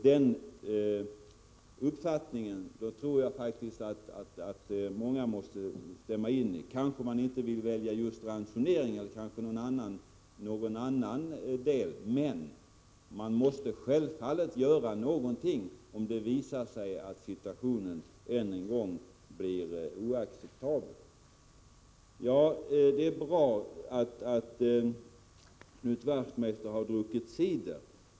Den uppfattningen tror jag att många måste stämma in i. Kanske man inte vill välja just ransonering utan någon annan åtgärd, men man måste självfallet göra någonting, om det visar sig att situationen än en gång blir oacceptabel. Det är bra att Knut Wachtmeister har druckit cider.